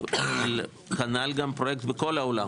כנ"ל פרויקט בכל העולם.